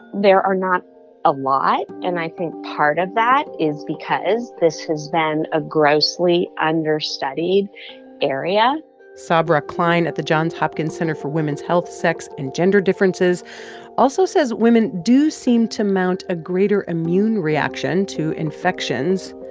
there are not a lot, and i think part of that is because this has been a grossly understudied area sabra klein at the johns hopkins center for women's health, sex and gender differences also says women do seem to mount a greater immune reaction to infections,